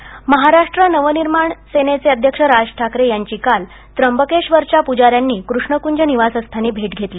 राज ठाकरे महाराष्ट्र नवनिर्माण सेनेचे अध्यक्ष राज ठाकरे यांची काल त्यंबकेश्वरच्या प्जाऱ्यांनी कृष्णक्ज निवासस्थानी भेट घेतली